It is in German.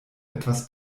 etwas